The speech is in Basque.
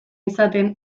izaten